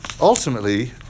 ultimately